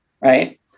right